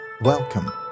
Welcome